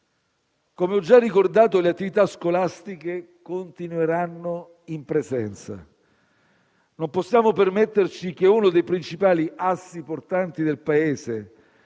Come ho già ricordato, le attività scolastiche continueranno in presenza. Non possiamo permetterci che uno dei principali assi portanti del Paese,